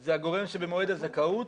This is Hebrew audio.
זה הגורם שבמועד הזכאות,